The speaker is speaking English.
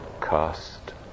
cast